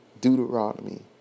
Deuteronomy